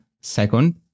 Second